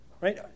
right